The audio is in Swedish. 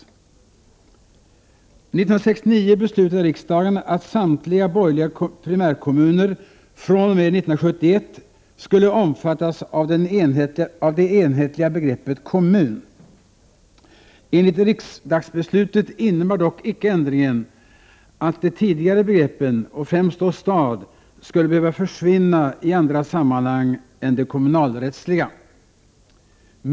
År 1969 beslutade riksdagen att samtliga borgerliga primärkommuner fr.o.m. 1971 skulle omfattas av det enhetliga begreppet kommun. Enligt riksdagsbeslutet innebar dock inte ändringen att de tidigare begreppen — och främst då stad — skulle behöva försvinna i andra sammanhang än de kommunalrättsliga.